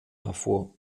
hervor